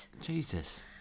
Jesus